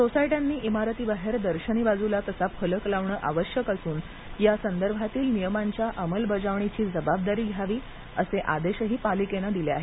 सोसायट्यांनी इमारतीबाहेर दर्शनी बाजूला तसा फलक लावणे आवश्यक असून या संदर्भातील नियमांच्या अंमलबजावणी ची जबाबदारी घ्यावी असे आदेशही पालिकेने दिले आहेत